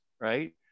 right